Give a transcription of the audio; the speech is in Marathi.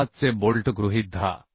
6 चे बोल्ट गृहीत धरा